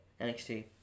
NXT